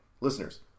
Listeners